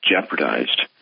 jeopardized